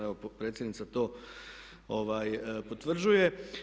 Evo predsjednica to potvrđuje.